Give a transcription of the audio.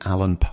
Alan